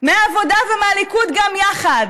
מהעבודה ומהליכוד גם יחד,